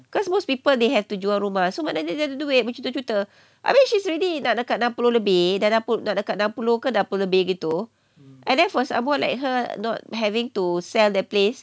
because most people they have to jual rumah so maknanya dia ada duit juta-juta I mean she's already nak dekat enam puluh lebih dah enam puluh nak dekat enam puluh lebih gitu and therefore someone like her not having to sell the place